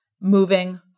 moving